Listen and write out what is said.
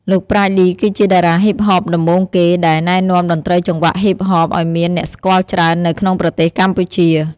លោក ប្រាជ្ញ លី គឺជាតារាហុីបហបដំបូងគេដែលណែនាំតន្ត្រីចង្វាក់ហុីបហបអោយមានអ្នកស្គាល់ច្រើន នៅក្នុងប្រទេសកម្ពុជា។